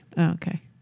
Okay